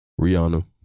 Rihanna